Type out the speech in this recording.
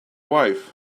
wife